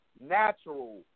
natural